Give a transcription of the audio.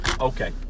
Okay